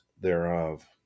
thereof